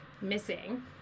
missing